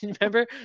Remember